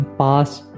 past